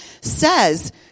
says